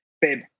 babe